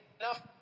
enough